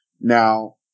now